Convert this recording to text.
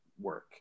work